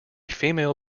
female